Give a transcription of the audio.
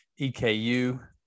EKU